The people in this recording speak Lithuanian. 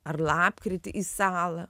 ar lapkritį į salą